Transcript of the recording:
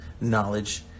knowledge